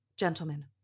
gentlemen